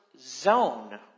zone